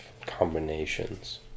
combinations